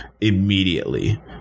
immediately